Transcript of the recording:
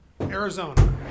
Arizona